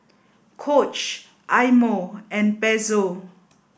Coach Eye Mo and Pezzo